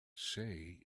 say